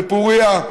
פוריה,